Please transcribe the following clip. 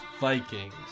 Vikings